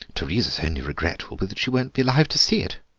teresa's only regret will be that she won't be alive to see it.